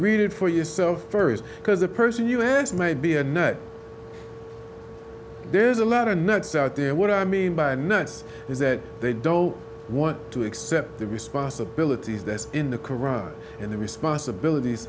read it for yourself first because the person you hands may be a nut there's a lot of nuts out there what i mean by nuts is that they don't want to accept the responsibilities that's in the koran and the responsibilities